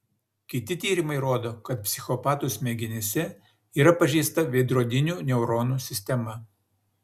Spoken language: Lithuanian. kiti tyrimai rodo kad psichopatų smegenyse yra pažeista veidrodinių neuronų sistema